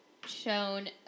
shown